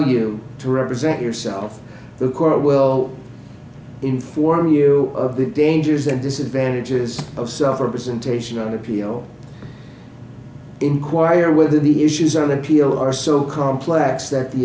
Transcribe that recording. you to represent yourself the court will inform you of the dangers and disadvantages of self or presentation on appeal enquire whether the issues are the appeal are so complex that the